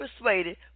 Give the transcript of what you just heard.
persuaded